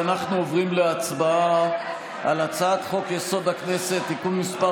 אנחנו עוברים להצבעה על הצעת חוק-יסוד: הכנסת (תיקון מס'